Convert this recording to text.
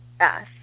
Yes